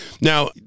Now